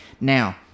now